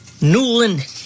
Newland